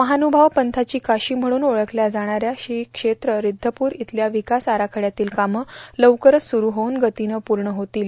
महानुभाव पंथाची काशी म्हणून ओळखल्या जाणाऱ्या श्री क्षेत्र रिद्धपूर इथल्या विकास आराखड्यातील कामं लवकरच सुरू होऊन गतीनं पूर्ण होतील